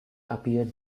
appeared